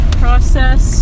process